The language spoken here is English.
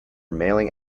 mailing